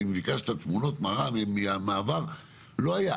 אז אם ביקשת תמונות מראה מהעבר, לא היה.